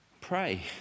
pray